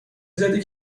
زدی